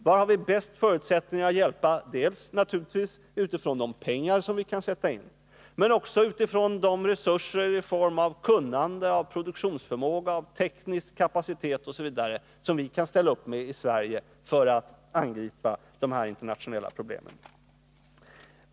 Var har vi de bästa förutsättningarna att hjälpa dels — naturligtvis — med hänsyn till de pengar som vi kan sätta av, dels med hänsyn till de resurser i form av kunnande, produktionsförmåga, teknisk kapacitet osv. som vi i Sverige kan ställa upp med när det gäller att angripa de här internationella problemen?